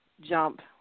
jump